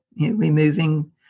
removing